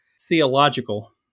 theological